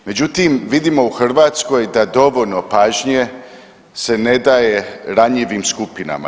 Međutim, vidimo u Hrvatskoj da dovoljno pažnje se ne daje ranjivim skupinama.